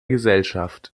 gesellschaft